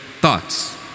thoughts